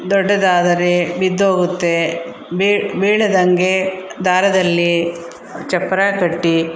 ದೊಡ್ಡದಾದರೆ ಬಿದ್ದೋಗುತ್ತೆ ಬೀಳ ಬೀಳದಂಗೆ ದಾರದಲ್ಲಿ ಚಪ್ಪರ ಕಟ್ಟಿ